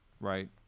right